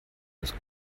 das